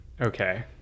Okay